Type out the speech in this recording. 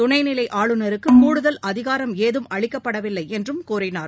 தனைநிலைஆளுநருக்குகடுதல் அதிகாரம் ஏதும் அளிக்கப்படவில்லைஎன்றும் கூறினார்